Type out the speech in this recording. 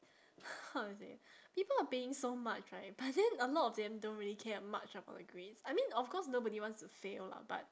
how to say people are paying so much right but then a lot of them don't really care much about grades I mean of course nobody wants to say fail lah but